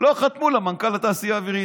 לא חתמו למנכ"ל התעשייה האווירית.